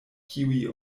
kiuj